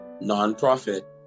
non-profit